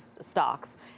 stocks